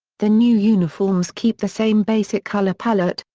the new uniforms keep the same basic color palette,